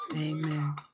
Amen